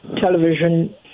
television